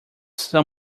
são